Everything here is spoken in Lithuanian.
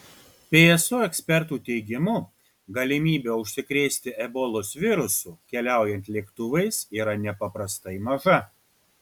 pso ekspertų teigimu galimybė užsikrėsti ebolos virusu keliaujant lėktuvais yra nepaprastai maža